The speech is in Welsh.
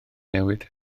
newid